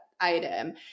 item